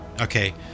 Okay